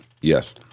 Yes